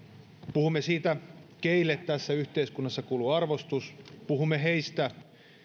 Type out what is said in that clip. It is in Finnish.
puhumme siitä keille tässä yhteiskunnassa kuuluu arvostus puhumme heistä